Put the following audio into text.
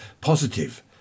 Positive